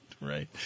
right